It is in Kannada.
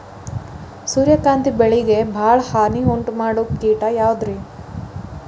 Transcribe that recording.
ಸೂರ್ಯಕಾಂತಿ ಬೆಳೆಗೆ ಭಾಳ ಹಾನಿ ಉಂಟು ಮಾಡೋ ಕೇಟ ಯಾವುದ್ರೇ?